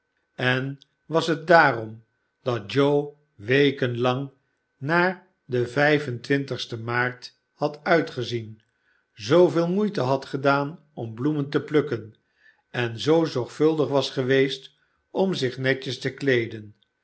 en was het daarom dat joe weken lang naar den vijf en twintigsten maart had uitgezien zooveel moeite had gedaan om bloemen te plukken en zocr zorgvuldig was geweest om zich netjes te kleeden